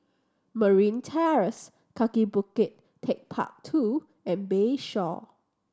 Marine Terrace Kaki Bukit Techpark Two and Bayshore